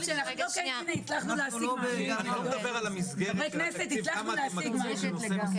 חברי הכנסת, הצלחנו להשיג משהו.